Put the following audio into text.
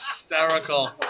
hysterical